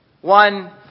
One